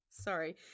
sorry